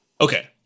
Okay